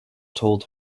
told